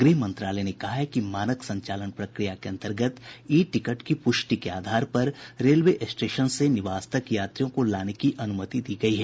गृह मंत्रालय ने कहा है कि मानक संचालन प्रक्रिया के अंतर्गत ई टिकट की पुष्टि के आधार पर रेलवे स्टेशन से निवास तक यात्रियों को लाने की अनुमति दी गई है